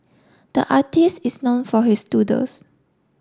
the artist is known for his doodles